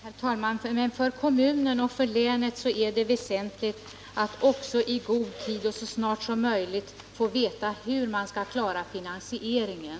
Herr talman! Men för kommunen och för länet är det väsentligt att också i god tid och så snart som möjligt få veta hur man skall klara finansieringen.